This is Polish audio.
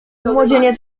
młodzieniec